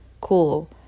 cool